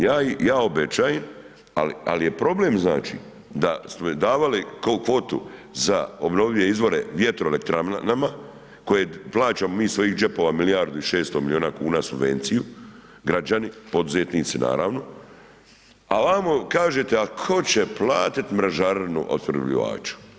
Ja obećajem ali je problem znači da smo davali kvotu za obnovljive izvore vjetroelektranama koje plaćamo mi iz svojih džepova milijardu i 600 milijuna kuna subvenciju, građani, poduzetnici naravno al amo kažete, a tko će platiti mrežarinu opskrbljivaču.